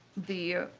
the